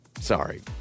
Sorry